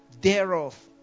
thereof